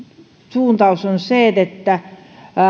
suuntaus on se että